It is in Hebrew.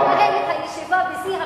אתה מנהל את הישיבה בשיא המקצועיות.